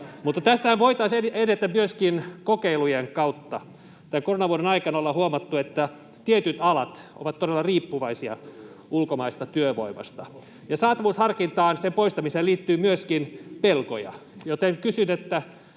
tässähän voitaisiin edetä myöskin kokeilujen kautta. Tämän koronavuoden aikana ollaan huomattu, että tietyt alat ovat todella riippuvaisia ulkomaisesta työvoimasta, ja saatavuusharkinnan poistamiseen liittyy myöskin pelkoja,